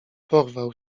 porwał